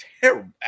terrible